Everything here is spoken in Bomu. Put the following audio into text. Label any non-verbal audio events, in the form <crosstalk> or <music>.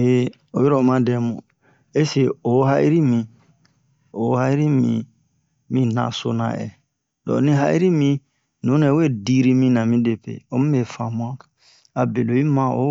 <hesitation> oyiro wa dɛmu ese'e o ha'iri mi o ha'iri mi mi naso naɛ lo onni ha'iri mi nunɛ we diri mina mi depe omu me famu'a abe lo'i ma'o